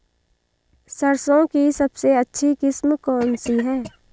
सरसों की सबसे अच्छी किस्म कौन सी है?